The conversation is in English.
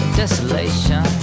desolation